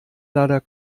leider